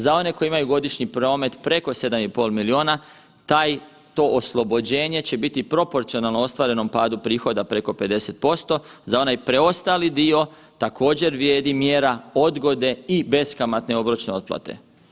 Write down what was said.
Za one koji imaju godišnji promet preko 7,5 milijuna, taj to oslobođenje će biti proporcionalno ostvarenom padu prihoda preko 50%, za onaj preostali dio također vrijedi mjera odgode i beskamatne obročne otplate.